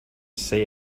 say